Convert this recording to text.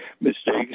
mistakes